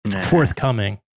forthcoming